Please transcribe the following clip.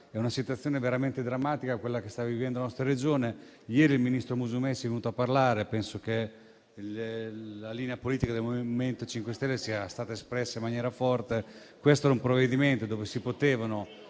è una situazione veramente drammatica quella che sta vivendo la nostra Regione. Ieri il ministro Musumeci è venuto a parlare e penso che la linea politica del MoVimento 5 Stelle sia stata espressa in maniera forte. In questo provvedimento si sarebbero